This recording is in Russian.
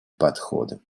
подходы